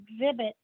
exhibit